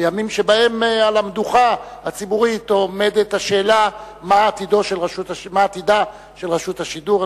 בימים שבהם על המדוכה הציבורית עומדת השאלה מה עתידה של רשות השידור.